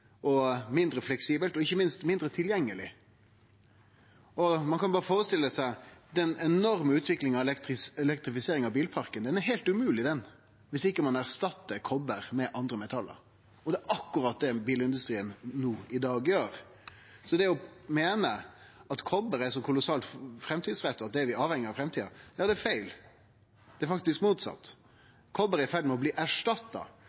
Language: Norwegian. tungt, mindre fleksibelt og ikkje minst mindre tilgjengeleg. Ein kan berre førestille seg den enorme utviklinga i elektrifiseringa av bilparken. Ho er heilt umogleg om ein ikkje erstattar kopar med andre metall. Og det er akkurat det bilindustrien i dag gjer. Så det å meine at kopar er så kolossalt framtidsretta, og at vi er avhengige av det i framtida, er feil. Det er faktisk motsett. Kopar er i ferd med å bli erstatta.